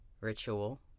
ritual